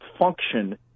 function